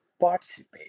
participate